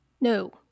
No